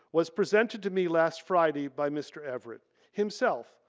was presented to me last friday by mr. everett himself,